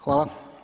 Hvala.